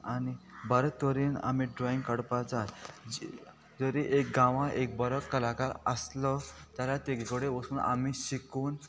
आनी बरे तरेन आमी ड्रॉइंग काडपाक जाय जरी एक गांवां एक बरो कलाकार आसलो जाल्यार तेजे कडेन वचून आमी शिकून